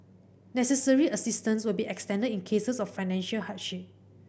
necessary assistance will be extended in cases of financial hardship